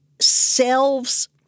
selves –